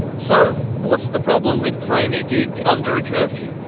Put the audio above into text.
so what's the problem with playing a gig under a curfew?